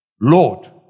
Lord